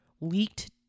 leaked